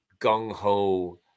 gung-ho